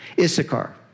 Issachar